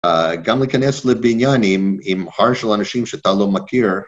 גם להיכנס לבניין עם הר של אנשים שאתה לא מכיר.